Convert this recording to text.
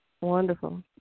Wonderful